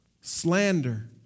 slander